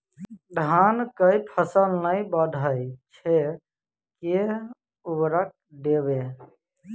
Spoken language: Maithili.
धान कऽ फसल नै बढ़य छै केँ उर्वरक देबै?